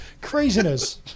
Craziness